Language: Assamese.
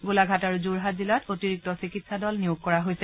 গোলাঘাট আৰু যোৰহাট জিলাত অতিৰিক্ত চিকিৎসা দল নিয়োগ কৰা হৈছে